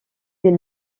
des